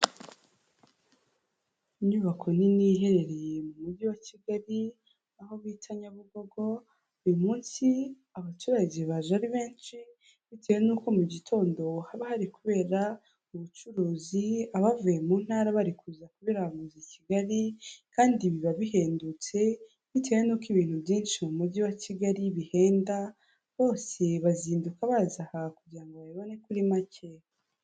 Inyubako nini iherereye mu Mujyi wa Kigali aho bita Nyabugogo, uyu munsi abaturage baje ari benshi, bitewe n'uko mu gitondo haba hari kubera ubucuruzi, abavuye mu ntara bari kuza kubiranguza i Kigali, kandi biba bihendutse, bitewe n'uko ibintu byinshi mu mujyi wa Kigali bihenda, bose bazinduka baza aha kugira ngo babibone kuri make.